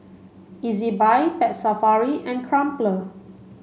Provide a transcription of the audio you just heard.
Ezbuy Pet Safari and Crumpler